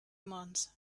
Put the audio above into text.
months